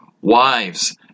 wives